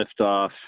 liftoff